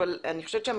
אבל לדעתי,